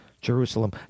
Jerusalem